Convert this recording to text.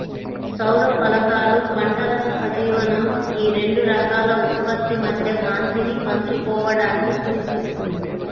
సౌర ఫలకాలు పంటల సహజీవనం ఈ రెండు రకాల ఉత్పత్తి మధ్య కాంతిని పంచుకోవడాన్ని సూచిస్తుంది